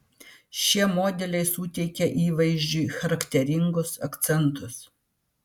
šie modeliai suteikia įvaizdžiui charakteringus akcentus